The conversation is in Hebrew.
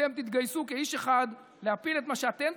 אתם תתגייסו כאיש אחד להפיל את מה שאתם